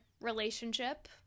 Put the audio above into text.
relationship